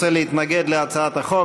רוצה להתנגד להצעת החוק.